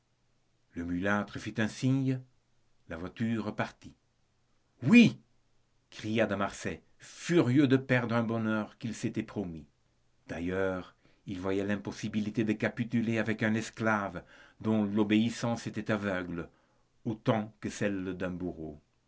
le mulâtre fit un signe la voiture partit oui cria de marsay furieux de perdre un bonheur qu'il s'était promis d'ailleurs il voyait l'impossibilité de capituler avec un esclave dont l'obéissance était aveugle autant que celle d'un bourreau